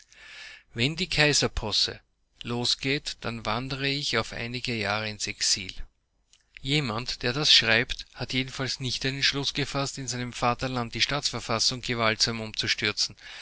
wenn die kaiserposse losgeht dann wandere ich auf einige jahre ins exil jemand der das schreibt hat jedenfalls nicht den entschluß gefaßt in seinem vaterlande die staatsverfassung gewaltsam umzustürzen